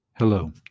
Hello